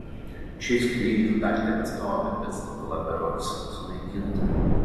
šis kryžius dar tebestovi bet statula berods sunaikinta